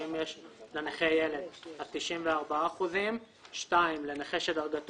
ואם יש לנכה ילד 94%. (2) לנכה שדרגת